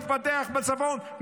יתפתח בצפון,